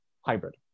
hybrid